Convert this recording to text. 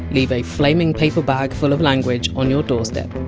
leave a flaming paper bag full of language on your doorstep.